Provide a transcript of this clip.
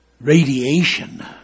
radiation